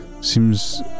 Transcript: Seems